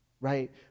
right